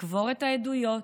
לקבור את העדויות,